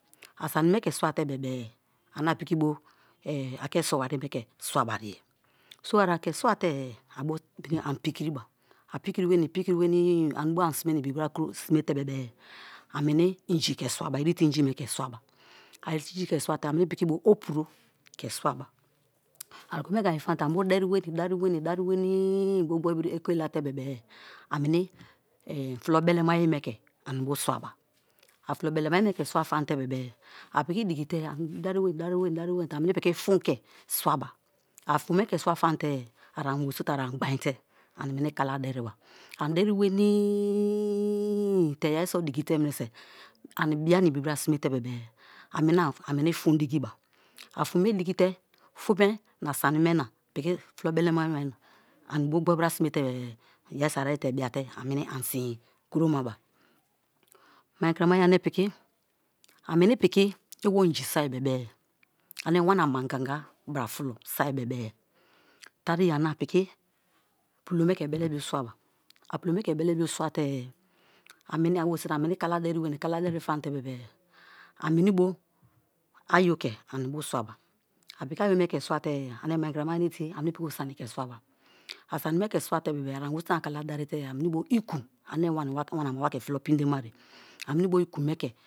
Asani me ke swate bebe-e ane apiki bo ake so wariye me ke swate ariye, a anike swate-e a bo piki ani pikiriba, a pikiri wenii, pikiri wenii ani bo ani sime na ibi bra simite bebe-e a meni inji ke swaba krite inji me ke swaba, a irete inji ke swate-e ameni piki bo opuro ke swaba a okome ke ani ye famatene ani bo dari wenii, dari weni bo gbori-biri okay late-bebe-e a weni fulo belemaye me ke swaba a fulo belema ye me ke swa famate a piki diki te ani dari wenii dari wenii te-e ameni piki fun ke swaba, a fun me ke swafamate a ani werisoke a anigbainte ani kala dariwa, ani dari wenii, te yeri so dikite meneso ani biana ibibra simetere ameni fun dikiba, a fun mi diki te fun me na sani me na piki fulo belemaye me na ani bo gboru bra simete-e yeriso ayeri te biate ameni ani sin kuromaba. Mai kramaye ane piki, a meni piki iwo inji soi bebe-e ane wana amangaga fulo soi bebe-e tariye ane apiki pulome ke beleme bo swaba, a meni ani weriso te ani meni kala dari famate-e anaeni bo ayo ke ani bo swaba apiki ayo me ke swatere ane mai kramaye ane tiye apiki bo sani ke swaba, a saninle ke swate-e arani weriso ani kala derite ameni bo iku ane wana ama wake fulo pindemare ame bo ikume ke.